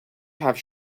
have